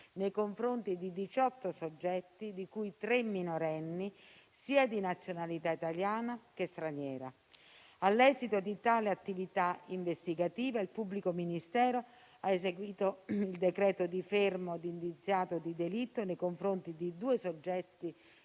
nei confronti di 18 soggetti, di cui tre minorenni, sia di nazionalità italiana che straniera. All'esito di tale attività investigativa, il pubblico ministero ha eseguito il decreto di fermo di indiziato di delitto nei confronti di due soggetti